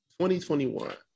2021